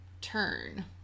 turn